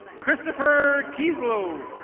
christopher keeslow.